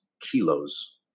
kilos